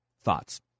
Thoughts